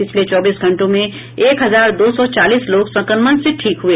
पिछले चौबीस घंटों में एक हजार दो सौ चालीस लोग संक्रमण से ठीक हुए